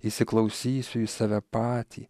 įsiklausysiu į save patį